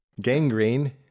Gangrene